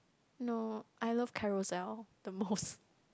no I love carousel the most